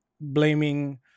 blaming